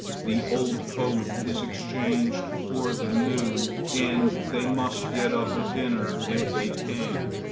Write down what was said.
the old coat is exchanged for the new, and they must get up a dinner if they can.